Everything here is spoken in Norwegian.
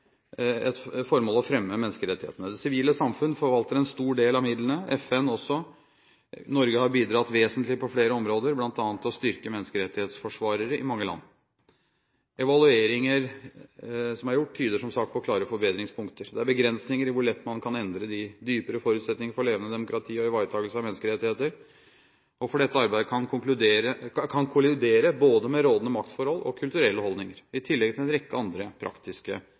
formål om å fremme menneskerettighetene. Det sivile samfunn forvalter en stor del av midlene. Det gjør også FN. Norge har bidratt vesentlig på flere områder, bl.a. til å styrke menneskerettighetsforsvarere i mange land. Evalueringer som er gjort, tyder som sagt på at det er klare forbedringspunkter. Det er begrensninger i hvor lett man kan endre de dypere forutsetninger for levende demokrati og ivaretakelse av menneskerettigheter. For dette arbeidet kan kollidere både med rådende maktforhold og kulturelle holdninger i tillegg til en rekke andre praktiske